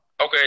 Okay